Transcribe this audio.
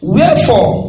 Wherefore